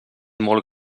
molt